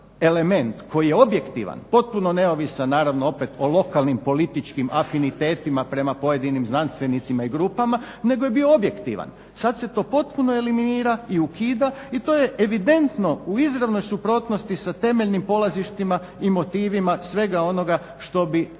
element koji je objektivan, potpuno neovisan naravno opet o lokalnim političkim afinitetima prema pojedinim znanstvenicima i grupama nego je bio objektivan. Sad se to potpuno eliminira i ukida i to je evidentno u izravnoj suprotnosti sa temeljnim polazištima i motivima svega onoga što bi